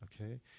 okay